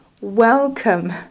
welcome